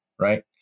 right